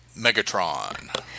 Megatron